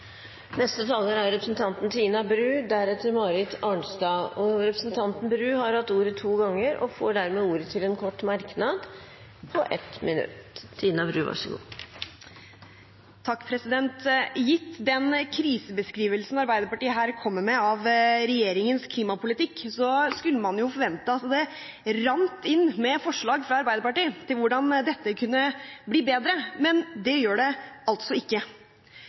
Representanten Tina Bru har hatt ordet to ganger tidligere og får ordet til en kort merknad, begrenset til 1 minutt. Gitt den krisebeskrivelsen Arbeiderpartiet her kommer med av regjeringens klimapolitikk, skulle man jo forventet at det rant inn med forslag fra Arbeiderpartiet til hvordan dette kunne bli bedre. Det gjør det altså